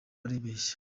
baribeshya